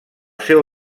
seu